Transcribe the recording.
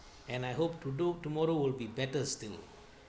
and I hope to do tomorrow will be better still